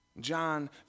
John